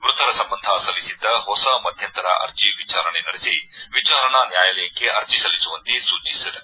ಮೃತರ ಸಂಬಂಧ ಸಲ್ಲಿಸಿದ್ದ ಹೊಸ ಮಧ್ಯಂತರ ಅರ್ಜಿ ವಿಚಾರಣೆ ನಡೆಸಿ ವಿಚಾರಣಾ ನ್ವಾಯಾಲಯಕ್ಕೆ ಅರ್ಜಿ ಸಲ್ಲಿಸುವಂತೆ ಸೂಚಿಸಿದೆ